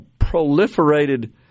proliferated